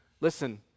Listen